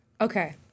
Okay